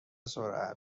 سرعت